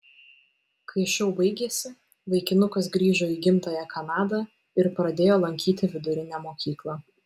kai šou baigėsi vaikinukas grįžo į gimtąją kanadą ir pradėjo lankyti vidurinę mokyklą